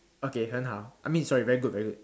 okay 很好 I mean sorry very good very good